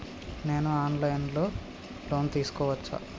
నేను online లో loan తీసుకోవచ్చా?